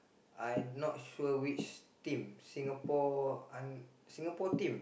I not sure which team Singapore uh Singapore team